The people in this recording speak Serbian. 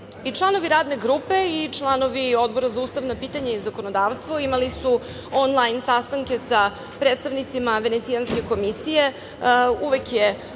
članovi Radne grupe i članovi Odbora za ustavna pitanja i zakonodavstvo imali su on-lajn sastanke sa predstavnicima Venecijanske komisije, uvek je